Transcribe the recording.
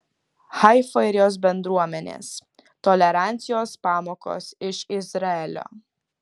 haifa ir jos bendruomenės tolerancijos pamokos iš izraelio